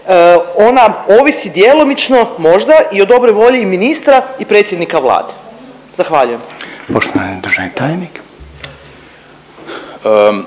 ona ovisi djelomično možda i o dobroj volji ministra i predsjednika Vlade? Zahvaljujem. **Reiner, Željko